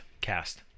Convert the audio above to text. cast